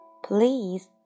Please